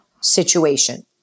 situation